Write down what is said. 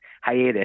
hiatus